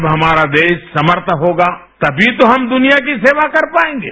जब हमारा देश समर्थ होगा तभी तो हम दुनिया की सेवा कर पाएंगे